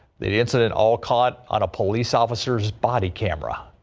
the the incident all caught on a police officer's body camera.